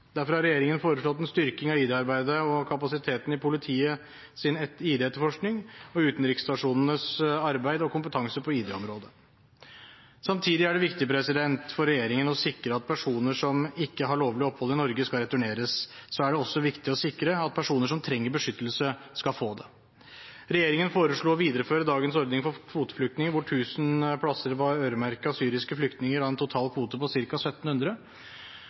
Derfor har regjeringen foreslått en styrking av id-arbeidet og kapasiteten i politiets id-etterforskning og utenriksstasjonenes arbeid og kompetanse på id-området. Samtidig som det er viktig for regjeringen å sikre at personer som ikke har lovlig opphold i Norge, skal returneres, er det også viktig å sikre at personer som trenger beskyttelse, skal få det. Regjeringen foreslår å videreføre dagens ordning for kvoteflyktninger hvor 1 000 plasser var øremerket syriske flyktninger av en totalkvote på